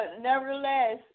nevertheless